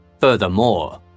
Furthermore